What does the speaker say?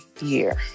year